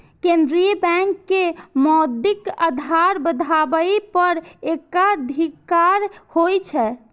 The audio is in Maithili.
केंद्रीय बैंक के मौद्रिक आधार बढ़ाबै पर एकाधिकार होइ छै